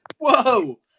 whoa